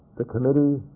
the committee